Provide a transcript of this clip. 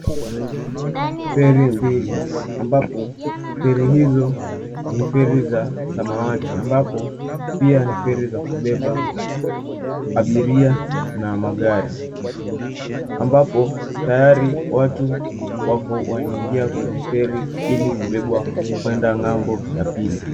Feri mbili, ambapo feri hizo ni feri za samawati. Ambapo pia ni feri za kubeba abiria na magari, ambapo tayari watu wako wanaingia kwenye feri, ili kubebwa kwenda ng'ambo ya pili.